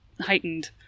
heightened